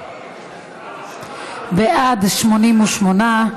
בעד, 88,